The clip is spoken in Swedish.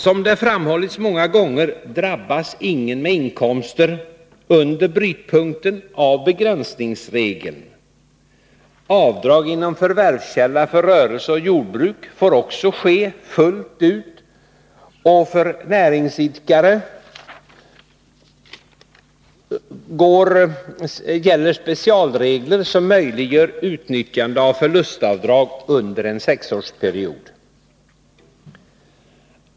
Som det framhållits många gånger drabbas ingen med inkomster under brytpunkten av begränsningsregeln. Avdrag inom förvärvskälla för rörelse och jordbruk får också ske fullt ut, och för näringsidkare gäller specialregler som möjliggör utnyttjande av förlustavdrag under en sexårsperiod.